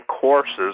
courses